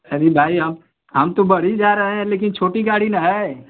अरे भाई हम हम तो बढ़ ही जा रहे हैं लेकिन छोटी गाड़ी ना है